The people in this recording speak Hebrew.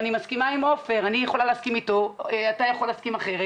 אני מסכימה עם עופר, אתה יכול להסכים אחרת,